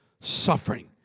suffering